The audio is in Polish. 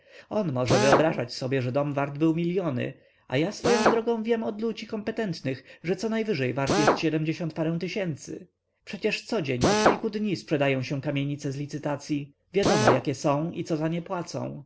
on może wyobrażać sobie że dom wart był miliony a ja swoją drogą wiem od ludzi kompetentnych że conajwyżej wart jest siedemdziesiąt parę tysięcy przecież codzień od kilku dni sprzedają się kamienice z licytacyi wiadomo jakie są i co za nie płacą